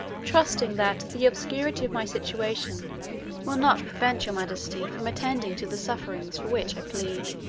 trusting that the obscurity of my situation will not prevent your majesty from attending to the sufferings for which i plead.